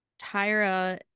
tyra